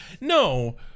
no